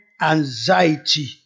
anxiety